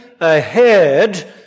ahead